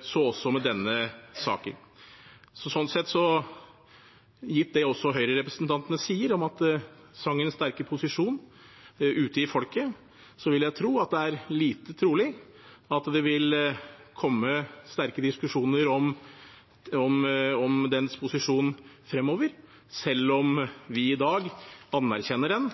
så også denne teksten. Sånn sett, gitt det også Høyre-representantene sier om sangens sterke posisjon ute i folket, vil jeg tro det er lite trolig at det vil komme sterke diskusjoner om dens posisjon fremover, selv om vi i dag anerkjenner den